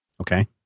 Okay